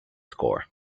score